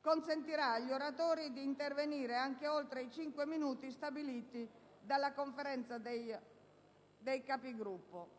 consentirà agli oratori di intervenire anche oltre i cinque minuti stabiliti dalla Conferenza dei Capigruppo,